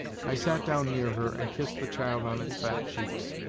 i sat down near her and kissed the child on its fat cheeks,